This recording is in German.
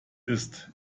ist